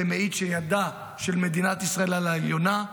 מעידה על כך שידה של מדינת ישראל על העליונה.